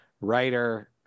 writer